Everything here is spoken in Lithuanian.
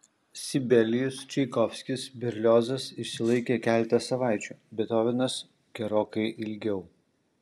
sibelijus čaikovskis berliozas išsilaikė keletą savaičių bethovenas gerokai ilgiau